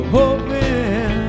hoping